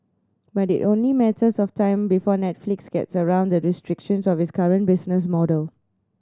but it only matters of time before Netflix gets around the restrictions of its current business model